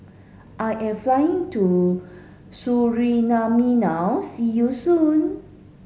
I am flying to Suriname now see you soon